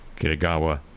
Kitagawa